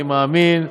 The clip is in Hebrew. אני מאמין,